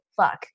Fuck